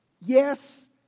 Yes